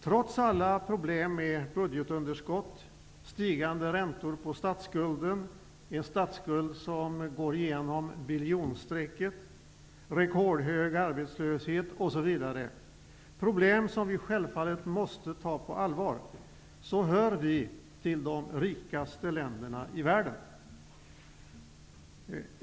Trots alla problem med budgetunderskott, stigande räntor på statsskulden -- en statsskuld som nu går genom biljonstrecket --, rekordhög arbetslöshet, osv., problem som vi självfallet måste ta på allvar, hör Sverige till de rikaste länderna i världen.